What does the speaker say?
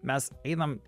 mes einam